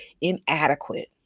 inadequate